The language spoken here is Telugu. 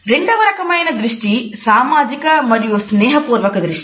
రెండవ రకమైన దృష్టి సామాజిక మరియు స్నేహపూర్వక దృష్టి